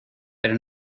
pero